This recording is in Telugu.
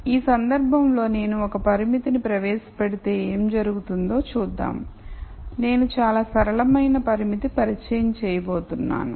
ఈ సందర్భంలో నేను ఒక పరిమితిని ప్రవేశపెడితే ఏమి జరుగుతుందో చూద్దాం నేను చాలా సరళమైన పరిమితి పరిచయం చేయబోతున్నాను